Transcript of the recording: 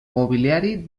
mobiliari